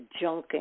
junking